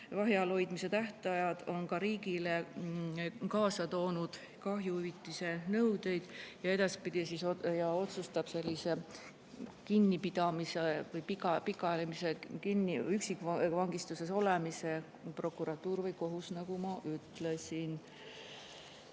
vahi all hoidmise pikad tähtajad on riigile kaasa toonud kahjuhüvitise nõudeid. Edaspidi otsustab sellise kinnipidamise, pikaajalise üksikvangistuses olemise prokuratuur või kohus, nagu ma ütlesin.